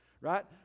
right